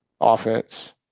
offense